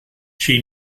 she